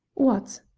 what?